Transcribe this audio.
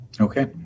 okay